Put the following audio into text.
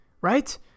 right